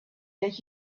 that